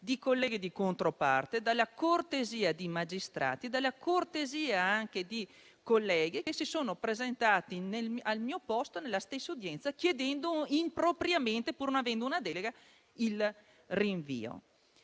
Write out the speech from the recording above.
di colleghi di controparte, dalla cortesia di magistrati, dalla cortesia anche di colleghi che si sono presentati al mio posto, nella stessa udienza, chiedendo impropriamente, pur non avendo una delega, il rinvio.